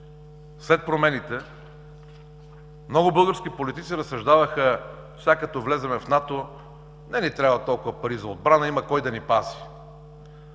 след промените, много български политици разсъждаваха, че сега като влезем в НАТО не ни трябват толкова пари за отбрана, има кой да ни пази.